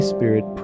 Spirit